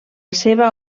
seva